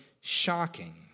shocking